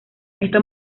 esto